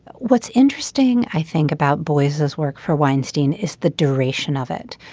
what's interesting i think about boies this work for weinstein is the duration of it.